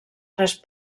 tres